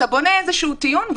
אתה בונה איזה טיעון,